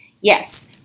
Yes